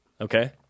Okay